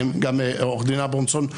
עורך הדין אברמזון,